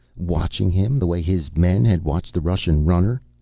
watching him, the way his men had watched the russian runner?